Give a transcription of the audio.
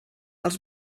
els